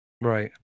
Right